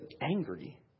angry